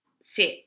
sit